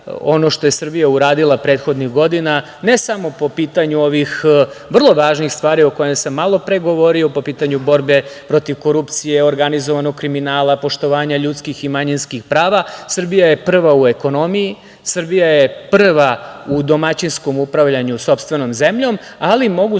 ono što je Srbija uradila prethodnih godina, ne samo po pitanju ovih vrlo važnih stvari o kojima sam malopre govorio, po pitanju borbe protiv korupcije, organizovanog kriminala, poštovanja ljudskih i manjinskih prava, Srbija je prva u ekonomiji, Srbija je prva u domaćinskom upravljanju sopstvenom zemljom. Mogu